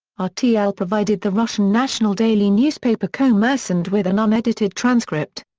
ah rtl provided the russian national daily newspaper kommersant with an unedited transcript.